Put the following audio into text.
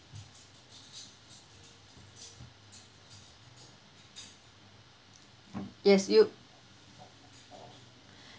yes you